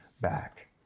back